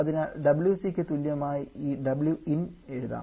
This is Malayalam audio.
അതിനാൽ WC ക്ക് തുല്യമായി ഈ Win എഴുതാം